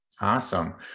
Awesome